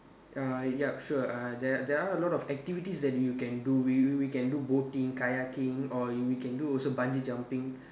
uh yup sure uh there there are a lot of activities that you can do we we can do boating kayaking or we can do also bungee jumping